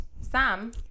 Sam